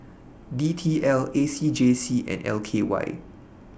D T L A C J C and L K Y